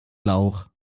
lauch